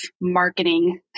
marketing